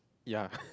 ya